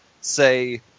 say